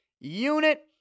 unit